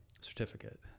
certificate